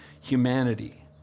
humanity